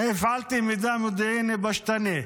הפעלתי מידע מודיעיני פשטני,